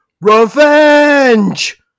revenge